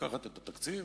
לקחת את התקציב,